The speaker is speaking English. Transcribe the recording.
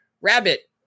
rabbit